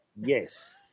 yes